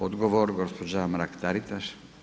Odgovor gospođa Mrak-TAritaš.